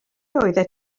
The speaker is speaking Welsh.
oeddet